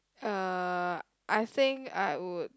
uh I think I would